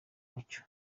mucyo